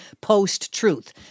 post-truth